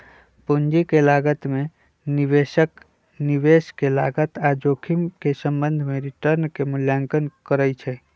पूंजी के लागत में निवेशक निवेश के लागत आऽ जोखिम के संबंध में रिटर्न के मूल्यांकन करइ छइ